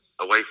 away